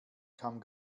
kam